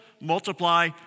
multiply